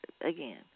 again